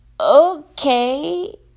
Okay